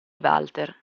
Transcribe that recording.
walter